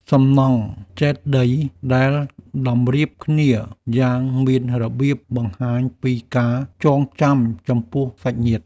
សំណង់ចេតិយដែលតម្រៀបគ្នាយ៉ាងមានរបៀប បង្ហាញពីការចងចាំចំពោះសាច់ញាតិ។